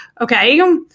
Okay